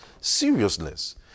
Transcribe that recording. seriousness